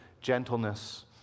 gentleness